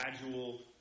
gradual